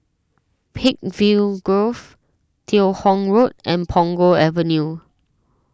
Peakville Grove Teo Hong Road and Punggol Avenue